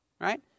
right